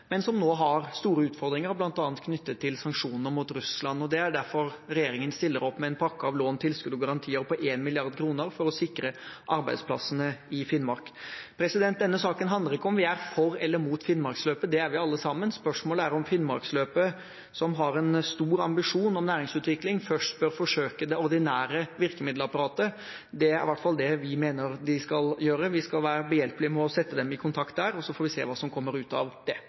men som nå har store utfordringer, bl.a. knyttet til sanksjonene mot Russland. Det er derfor regjeringen stiller opp med en pakke av lån, tilskudd og garantier på 1 mrd. kr for å sikre arbeidsplassene i Finnmark. Denne saken handler ikke om hvorvidt vi er for eller imot Finnmarksløpet – det er vi alle sammen – spørsmålet er om Finnmarksløpet, som har en stor ambisjon om næringsutvikling, først bør forsøke det ordinære virkemiddelapparatet. Det er i hvert fall det vi mener at de bør gjøre. Vi skal være behjelpelige med å sette dem i kontakt i den forbindelse, og så får vi se hva som kommer ut av det.